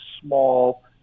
small